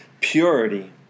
purity